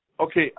Okay